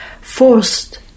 forced